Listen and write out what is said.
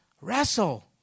wrestle